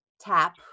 Tap